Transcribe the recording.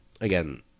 Again